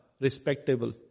respectable